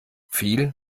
viel